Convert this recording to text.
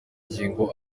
ngingo